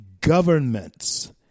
governments